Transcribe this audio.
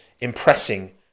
Impressing